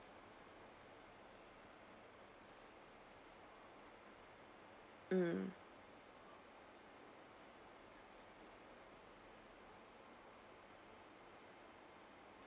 mm